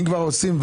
אם כבר עושים,